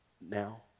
now